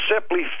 simply